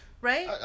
Right